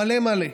מלא מלא,